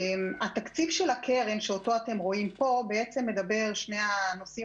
בתקציב הקרן שאתם רואים פה שני הנושאים